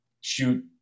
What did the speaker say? shoot